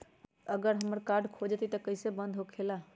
अगर हमर कार्ड खो जाई त इ कईसे बंद होकेला?